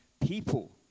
people